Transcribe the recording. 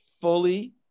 fully